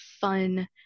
fun